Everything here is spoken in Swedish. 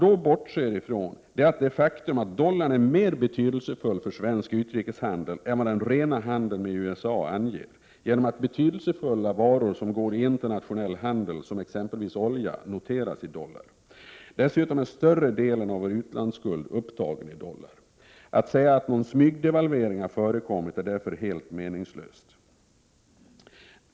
De bortser dock härvid från det faktum att dollarn är mer betydelsefull för svensk utrikeshandel än vad den rena handeln med USA anger, på grund av att betydelsefulla varor i internationell handel, exempelvis olja, noteras i dollar. Dessutom är större delen av vår utlandsskuld upptagen i dollar. Att säga att någon smygdevalvering har förekommit är därför helt meningslöst.